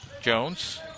Jones